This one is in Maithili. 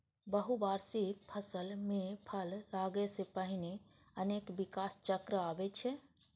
बहुवार्षिक फसल मे फल लागै सं पहिने अनेक विकास चक्र आबै छै